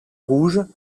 rouge